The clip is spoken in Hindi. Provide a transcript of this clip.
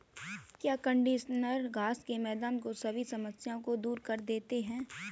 क्या कंडीशनर घास के मैदान में सभी समस्याओं को दूर कर देते हैं?